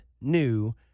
new